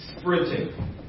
sprinting